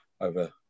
over